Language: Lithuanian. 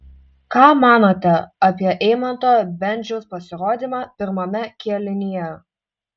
ką manote apie eimanto bendžiaus pasirodymą pirmame kėlinyje